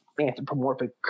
anthropomorphic